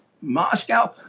Moscow